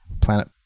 Planet